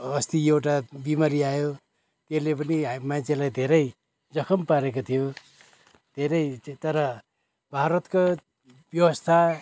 अस्ति एउटा बिमारी आयो त्यसले पनि हामी मान्छेलाई धेरै जखम पारेको थियो धेरै तर भारतको व्यवस्था